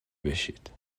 بشید